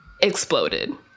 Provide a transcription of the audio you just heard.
exploded